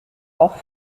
auch